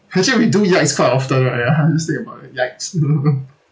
actually we do yikes quite often right ya just think about it yikes